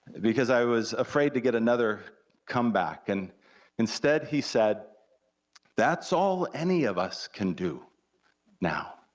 because i was afraid to get another comeback. and instead he said that's all any of us can do now.